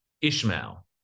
Ishmael